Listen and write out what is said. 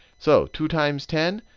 so two times ten?